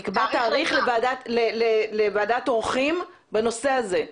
נקבע תאריך לוועדת עורכים בנושא הזה.